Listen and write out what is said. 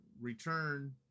Return